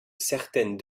certaines